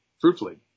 fruitfully